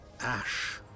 Ash